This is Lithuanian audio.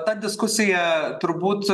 ta diskusija turbūt